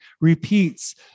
repeats